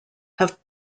have